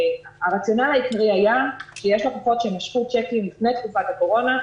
הרציונל העיקרי היה כי יש לקוחות שמשכו צ'קים לפני תקופת הקורונה,